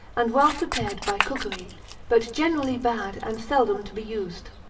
and well prepared by cookery but generally bad, and seldom to be used.